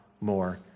more